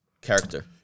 Character